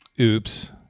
Oops